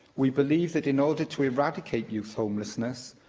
we believe that, in order to eradicate youth homelessness,